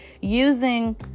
using